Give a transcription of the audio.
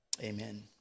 Amen